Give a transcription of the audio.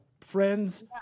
friends